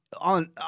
on